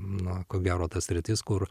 na ko gero ta sritis kur